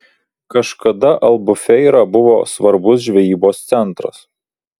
kažkada albufeira buvo svarbus žvejybos centras